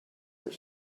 your